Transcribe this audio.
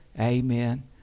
amen